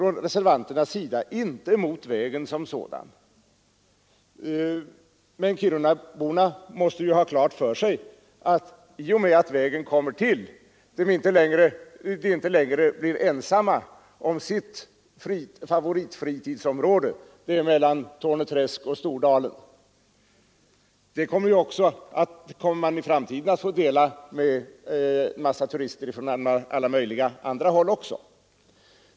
Vi reservanter sätter oss inte emot vägen som sådan. Men kirunaborna måste ju ha klart för sig att i och med att vägen kommer till blir de inte längre ensamma om sitt favoritfritidsområde, det mellan Torne träsk och Stordalen. Det området kommer de i framtiden att få dela med en massa turister från alla möjliga håll.